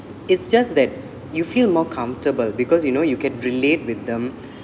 it's just that you feel more comfortable because you know you can relate with them